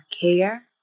care